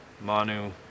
Manu